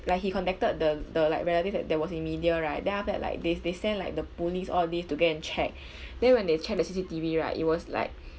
like he contacted the the like relative that that was in media right then after that like theys they send like the police all this to go and check then when they check the C_C_T_V right it was like